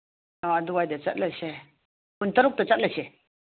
ꯑꯣ ꯑꯗꯨꯋꯥꯏꯗ ꯆꯠꯂꯁꯦ ꯀꯨꯟ ꯇꯔꯨꯛꯇ ꯆꯠꯂꯁꯦ